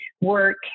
work